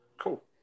cool